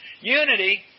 Unity